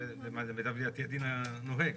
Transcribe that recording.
למיטב ידיעתי זה הדין הנוהג.